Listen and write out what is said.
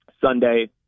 Sunday